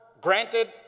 granted